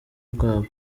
bwabo